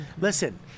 Listen